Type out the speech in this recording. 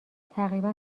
تقریبا